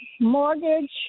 mortgage